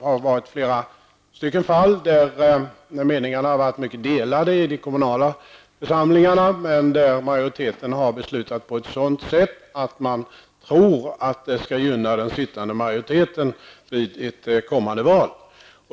Det har förekommit flera fall där meningarna har varit mycket delade i de kommunala församlingarna, men där majoriteten har beslutat på ett sådant sätt att man tror att det kan gynna den sittande majoriteten vid kommande val.